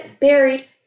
buried